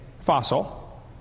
fossil